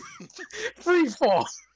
Freefall